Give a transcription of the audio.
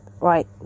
right